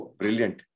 brilliant